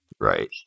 Right